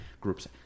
groups